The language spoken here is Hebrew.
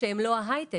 שהם לא ההייטק.